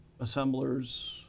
assemblers